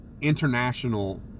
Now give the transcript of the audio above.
international